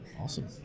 Awesome